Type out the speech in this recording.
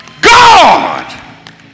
God